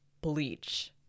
Bleach